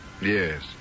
Yes